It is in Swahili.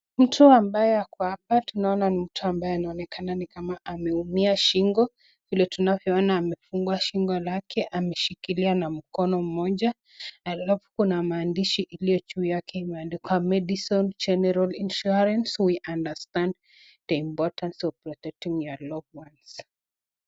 Mtu ambaye ako hapa tunaona ni kama mtu ameumia shingo, vile tunavyoona shingo lake ameshikilia na mkono moja alafu kuna maandishi iliyo juu yake imeandikwa Madison General Insurance we understand the importance of protecting your loved ones[ cs].